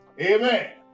Amen